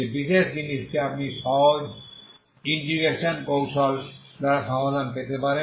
যে বিশেষ জিনিসটি আপনি সহজ ইন্টিগ্রেশন কৌশল দ্বারা সমাধান পেতে পারেন